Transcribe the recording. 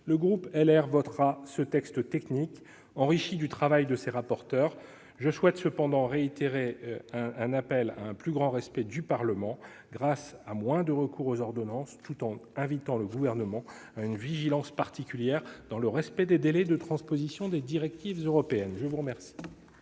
Les Républicains votera ce texte technique enrichi par le travail de ses rapporteurs. Je souhaite cependant réitérer un appel à un plus grand respect du Parlement par un moindre recours aux ordonnances, tout en invitant le Gouvernement à porter une vigilance particulière au respect des délais de transposition des directives européennes. Mes chers